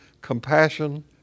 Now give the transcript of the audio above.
compassion